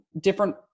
different